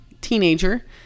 teenager